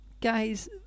Guys